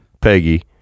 Peggy